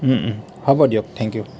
হ'ব দিয়ক thank U